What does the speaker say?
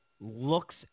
looks